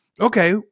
okay